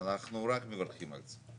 אנחנו רק מברכים על זה.